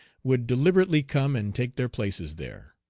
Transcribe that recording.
would deliberately come and take their places there.